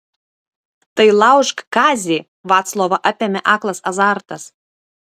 tai laužk kazį vaclovą apėmė aklas azartas